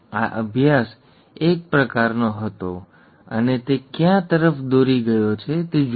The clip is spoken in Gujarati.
આ અભ્યાસ એક પ્રકારનો હતો અને તે ક્યાં તરફ દોરી ગયો છે તે જુઓ